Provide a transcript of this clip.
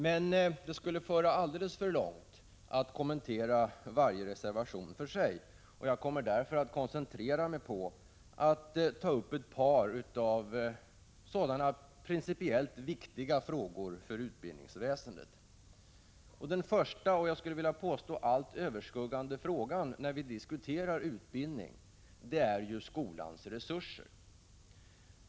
Men det skulle föra alldeles för långt att kommentera varje reservation för sig, och jag kommer därför att koncentrera mig på att ta upp ett par principiellt viktiga frågor för utbildningsväsendet. Den första, och jag skulle vilja påstå helt överskuggande, frågan när vi diskuterar utbildning gäller skolans resurser.